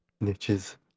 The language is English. niches